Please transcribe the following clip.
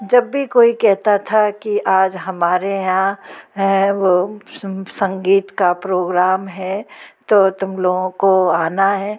जब भी कोई कहता था कि आज हमारे यहाँ हैं वो संगीत का प्रोग्राम है तो तुम लोगों को आना है